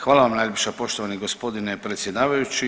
Hvala vam najljepša poštovani gospodine predsjedavajući.